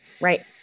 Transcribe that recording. Right